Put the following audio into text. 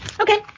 Okay